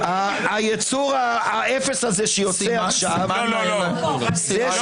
--- היצור, האפס הזה שיוצא עכשיו --- תודה.